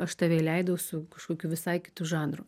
aš tave įleidau su kažkokiu visai kitu žanru